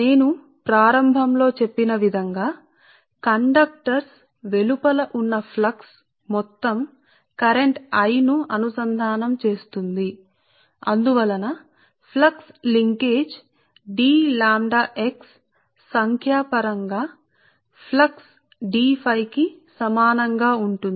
సరే కాబట్టి కండక్టర్ల వెలుపల ఉన్న ఫ్లక్స్ నేను ప్రారంభంలో చెప్పిన మొత్తం కరెంట్ను లింక్ చేస్తుంది మరియు అందువల్ల flux linkage D lambda x Dƛx సంఖ్యాపరంగా ఫ్లక్స్ D x కి సమానం గా ఉంటుంది